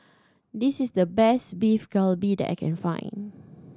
this is the best Beef Galbi that I can find